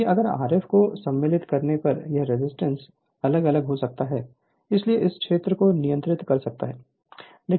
क्योंकि अगर Rf को सम्मिलित करने पर यह रेजिस्टेंस अलग अलग हो सकता है इसलिए यह इस क्षेत्र को नियंत्रित कर सकता है